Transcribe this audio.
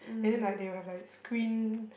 and then like they will have like screen